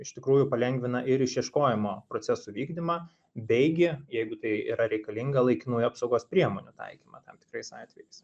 iš tikrųjų palengvina ir išieškojimo procesų vykdymą bei gi jeigu tai yra reikalinga laikinųjų apsaugos priemonių taikymą tam tikrais atvejais